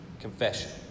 Confession